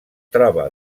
troba